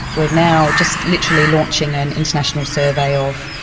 we're now just literally launching an international survey of,